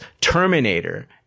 Terminator